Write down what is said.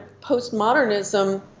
postmodernism